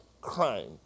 crime